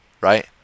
right